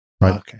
Right